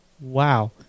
wow